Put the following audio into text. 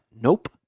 nope